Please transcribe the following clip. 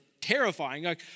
terrifying